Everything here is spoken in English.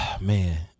man